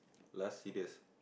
last serious